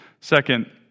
Second